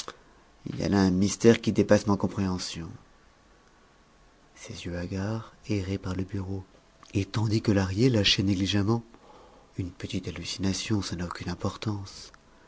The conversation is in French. il y a là un mystère qui dépasse ma compréhension ses yeux hagards erraient par le bureau et tandis que lahrier lâchait négligemment une petite hallucination ça n'a aucune importance